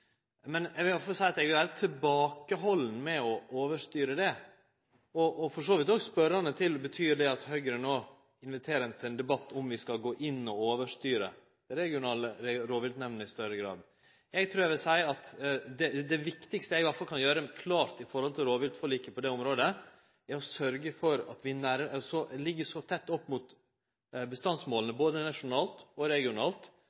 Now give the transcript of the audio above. Men eg vil iallfall seie at eg vil vere tilbakehalden med å overstyre det, og eg er for så vidt òg spørjande til om det betyr at Høgre no inviterer til ein debatt rundt om vi skal gå inn og overstyre dei regionale rovviltnemndene i større grad. Eg trur eg vil seie at det klart viktigaste eg kan gjere når det gjeld rovviltforliket på det området, er å sørgje for at vi ligg så tett opp mot bestandsmåla både regionalt